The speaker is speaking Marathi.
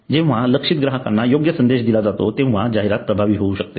जेव्हा लक्ष्यित ग्राहकांना योग्य संदेश दिला जातो तेव्हा जाहिरात प्रभावी होऊ शकते